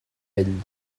ell